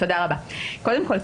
קודם כל,